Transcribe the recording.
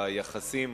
ביחסים